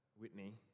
Whitney